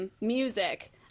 Music